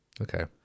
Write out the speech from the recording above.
okay